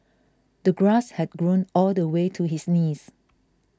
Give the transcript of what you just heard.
the grass had grown all the way to his knees